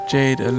Jade